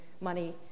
money